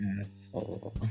asshole